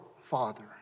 father